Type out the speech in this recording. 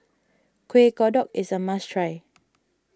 Kueh Kodok is a must try